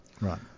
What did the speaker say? Right